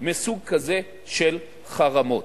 מסוג כזה של חרמות.